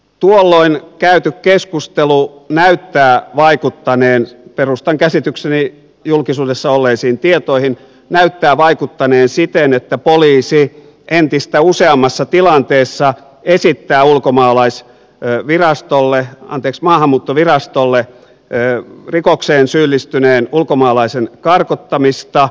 tuolloin käyty keskustelu näyttää vaikuttaneen perustan käsitykseni julkisuudessa olleisiin tietoihin siten että poliisi entistä useammassa tilanteessa esittää maahanmuuttovirastolle rikokseen syyllistyneen ulkomaalaisen karkottamista